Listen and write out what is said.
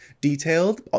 detailed